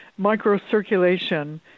microcirculation